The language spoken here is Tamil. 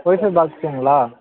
ஒய்ஃபை பாக்ஸுங்களா